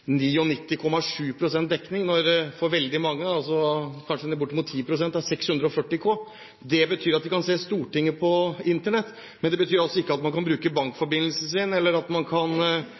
640 kbps. Det betyr at vi kan se fra Stortinget på Internett, men det betyr ikke at man kan bruke bankforbindelsen sin, eller at man kan